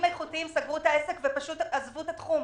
איכותיים סגרו את העסק ועזבו את התחום.